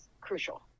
crucial